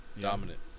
Dominant